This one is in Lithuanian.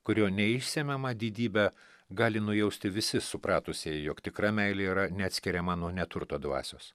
kurio neišsemiamą didybę gali nujausti visi supratusieji jog tikra meilė yra neatskiriama nuo neturto dvasios